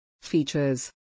Features